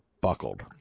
buckled